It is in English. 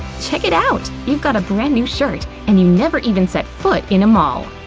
check it out! you've got a brand new shirt and you never even stepped foot in a mall!